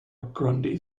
grundy